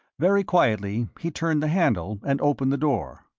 very quietly he turned the handle and opened the door.